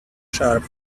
sharp